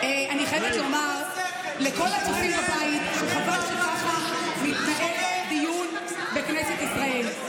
אני חייבת לומר לכל הצופים בבית שחבל שככה מתנהל דיון בכנסת ישראל.